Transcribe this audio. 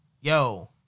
yo